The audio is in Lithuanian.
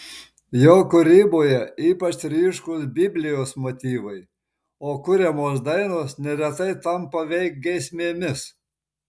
jo kūryboje ypač ryškūs biblijos motyvai o kuriamos dainos neretai tampa veik giesmėmis